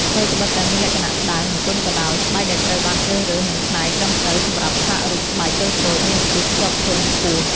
ថ្វីត្បិតតែមានលក្ខណៈស្តើង និងទន់ក៏ដោយ ស្បែកដែលត្រូវបានជ្រើសរើស និងច្នៃត្រឹមត្រូវសម្រាប់ឆ្លាក់រូបស្បែកតូចៗមានភាពជាប់ធន់ខ្ពស់។